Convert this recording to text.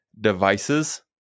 devices